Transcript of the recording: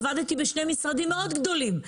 עבדתי בשני משרדים גדולים מאוד,